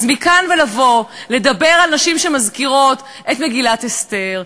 אז מכאן לבוא ולדבר על נשים שמזכירות את מגילת אסתר,